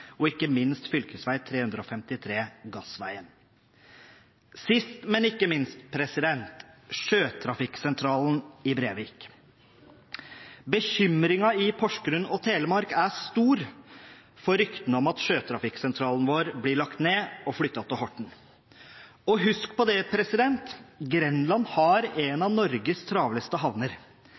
og ikke minst fylkesvei 353, den såkalte Gassveien. Sist, men ikke minst: Sjøtrafikksentralen i Brevik. Bekymringen i Porsgrunn og Telemark er stor etter ryktene om at sjøtrafikksentralen vår blir lagt ned og flyttet til Horten. Husk på at Grenland har en av Norges travleste havner.